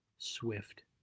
swift